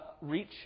reach